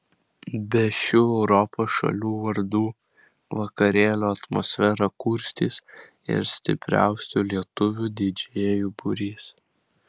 be šių europos šalių vardų vakarėlio atmosferą kurstys ir stipriausių lietuvių didžėjų būrys